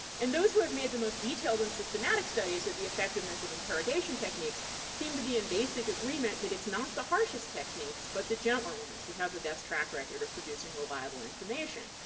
and those who have made the most detailed and systematic studies of the effectiveness of interrogation techniques seem to be in basic agreement that it's not the harshest techniques, but the gentler ones, that have the best track record of producing reliable information.